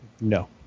No